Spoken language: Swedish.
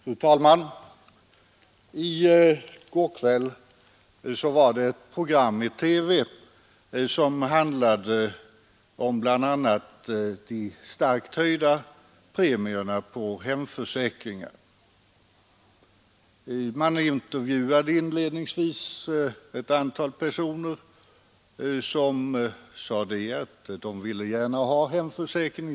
Fru talman! I går kväll var det ett program i TV som handlade om de starkt höjda premierna på bl.a. hemförsäkringar. Man intervjuade inledningsvis ett antal personer som sade, att de gärna ville ha en hemförsäkring.